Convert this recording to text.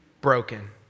broken